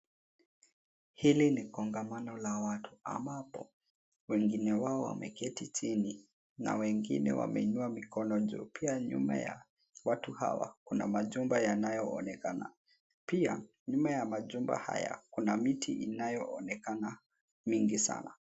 Hili ni kongamano la watu ambapo wengine wao wameketi chini na wengine wameinua mikono juu. Pia nyuma ya watu hawa kuna majumba yanayoonekana. Pia nyuma ya majumba haya kuna miti inayoonekana mingi sana.